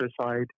side